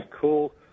Cool